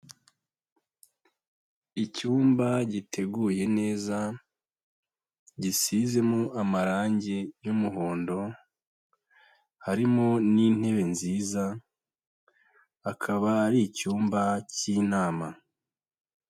Icyumba giteguye neza, gisizemo amarange y'umuhondo harimo n'intebe nziza akaba ari icyumba cy'inama.